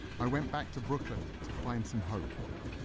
i went back to brooklyn to find some hope.